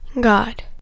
God